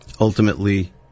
ultimately